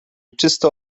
czysto